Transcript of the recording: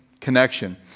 connection